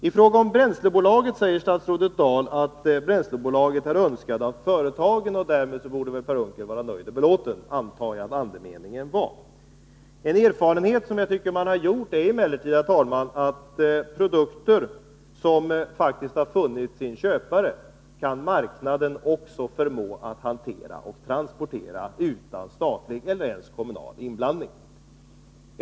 Statsrådet Dahl säger att företagen önskar ett bränslebolag — och därmed borde väl Per Unckel vara nöjd och belåten, antar jag att andemeningen var. En erfarenhet som jag tycker att man har gjort är emellertid, herr talman, att produkter som har funnit sin köpare kan marknaden också förmå att hantera och transportera utan statlig eller ens kommunal inblandning.